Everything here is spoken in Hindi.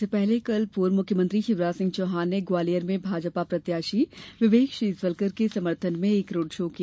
इससे पहले कल पूर्व मुख्यमंत्री शिवराज सिंह चौहान ने ग्वालियर में भाजपा प्रत्याशी विवेक शेजवलकर के समर्थन में एक रोड शो किया